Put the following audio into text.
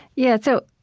yeah. so,